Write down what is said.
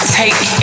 take